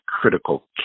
critical